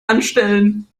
anstellen